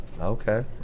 Okay